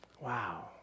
Wow